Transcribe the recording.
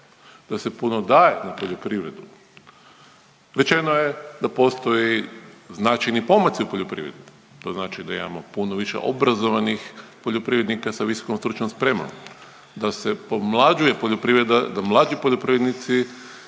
da se puno daje na poljoprivredu. Rečeno je da postoje značajni pomaci u poljoprivredi to znači da imamo puno više obrazovanih poljoprivrednika sa visokom stručnom spremom, da se pomlađuje poljoprivreda, da mlađi poljoprivrednici